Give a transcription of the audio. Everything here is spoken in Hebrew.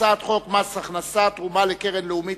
הצעת חוק מס הכנסה (תרומה לקרן לאומית